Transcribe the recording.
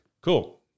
Cool